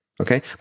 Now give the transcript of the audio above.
Okay